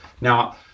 Now